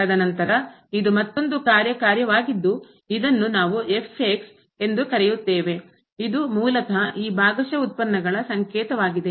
ತದನಂತರ ಇದು ಮತ್ತೊಂದು ಕಾರ್ಯ ಕಾರ್ಯವಾಗಿದ್ದು ಇದನ್ನ ನಾವು ಎಂದು ಕರೆಯುತ್ತೇವೆ ಇದು ಮೂಲತಃ ಈ ಭಾಗಶಃ ಉತ್ಪನ್ನಗಳ ಸಂಕೇತವಾಗಿದೆ